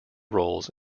roles